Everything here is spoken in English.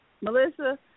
Melissa